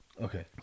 Okay